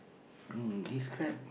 mm describe